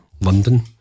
London